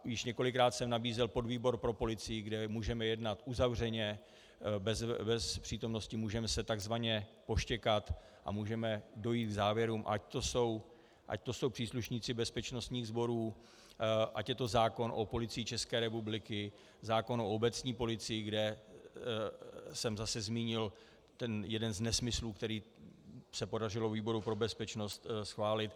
Již několikrát jsem nabízel podvýbor pro policii, kde můžeme jednat uzavřeně, bez přítomnosti, můžeme se takzvaně poštěkat a můžeme dojít k závěrům, ať to jsou příslušníci bezpečnostních sborů, ať je to zákon o Policii České republiky, zákon o obecní policii, kde jsem zase zmínil jeden z nesmyslů, který se podařilo výboru pro bezpečnost schválit.